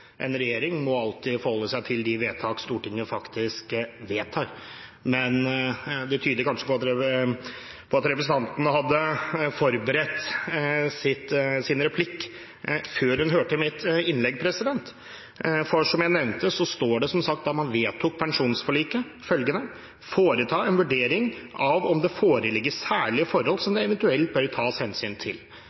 En regjering må alltid forholde seg til de vedtak Stortinget faktisk vedtar. Men spørsmålet tyder kanskje på at representanten hadde forberedt sin replikk før hun hørte mitt innlegg, for som jeg nevnte, står det følgende i proposisjonen, da man vedtok pensjonsforliket, at man skal «vurdere om det foreligger særlige forhold som det eventuelt bør tas hensyn til.»